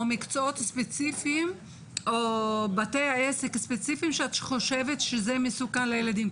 מקצועות ספציפיים או בתי עסק ספציפיים שאת חושבת שזה מסוכן לילדים.